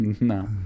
No